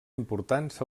importants